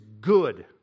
good